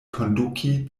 konduki